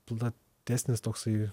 platesnis toksai